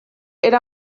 era